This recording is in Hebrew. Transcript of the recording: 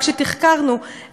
רק כשתחקרנו,